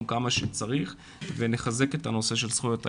כמה שצריך ונחזק את נושא זכויות האלה,